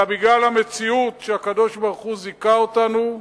אלא בגלל המציאות שהקדוש-ברוך-הוא זיכה אותנו בה,